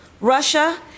Russia